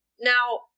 Now